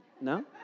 No